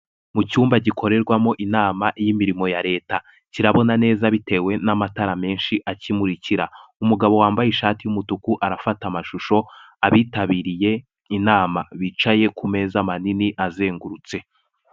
Mu cyumba gikorerwamo inama y'imirimo ya leta, kirabona neza bitewe n'amatara menshi akimurikira, umugabo wambaye ishati y'umutuku, arafata amashusho, abitabiriye inama bicaye ku meza manini azengurutse.